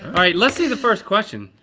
ah alright, let's see the first question.